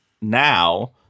now